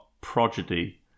Prodigy